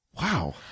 Wow